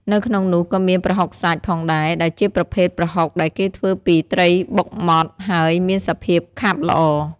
នៅក្នុងនោះក៏មាន ប្រហុកសាច់ ផងដែរ ដែលជាប្រភេទប្រហុកដែលគេធ្វើពីត្រីបុកម៉ដ្ឋ ហើយមានសភាពខាប់ល្អ។